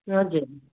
हजुर